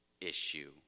issue